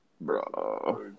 Bro